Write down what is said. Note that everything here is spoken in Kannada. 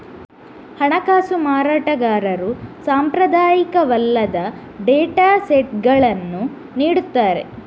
ಹಣಕಾಸು ಮಾರಾಟಗಾರರು ಸಾಂಪ್ರದಾಯಿಕವಲ್ಲದ ಡೇಟಾ ಸೆಟ್ಗಳನ್ನು ನೀಡುತ್ತಾರೆ